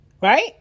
right